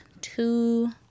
two